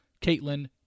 Caitlin